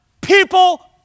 people